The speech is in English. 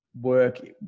work